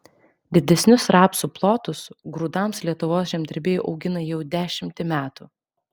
didesnius rapsų plotus grūdams lietuvos žemdirbiai augina jau dešimtį metų